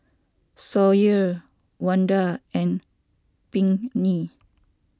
Sawyer Wanda and Pinkney